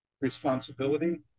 responsibility